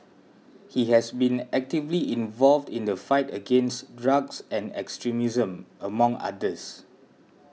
he has been actively involved in the fight against drugs and extremism among others